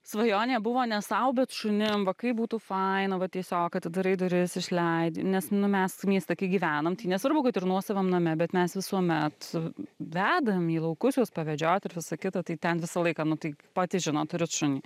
svajonė buvo ne sau bet šunim va kaip būtų faina va tiesiog atidarai duris išleidi nes nu mes mieste kai gyvenam tai nesvarbu kad ir nuosavam name bet mes visuomet vedam į laukus juos pavedžiot ir visa kita tai ten visą laiką nu tai patys žinot turit šunį